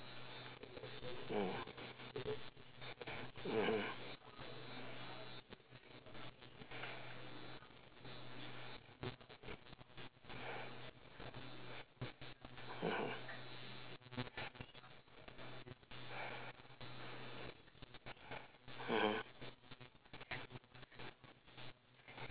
mm mm mm mmhmm